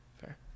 fair